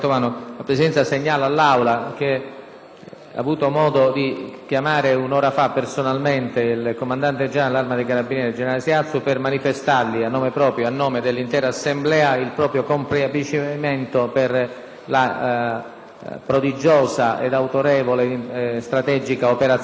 ha avuto modo di chiamare personalmente il Comandante generale dell'Arma dei carabinieri, generale Siazzu, per manifestargli, a nome proprio e dell'intera Assemblea, il compiacimento per la prodigiosa estrategica operazione di cattura realizzata dall'Arma.